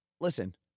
listen